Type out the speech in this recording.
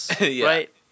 Right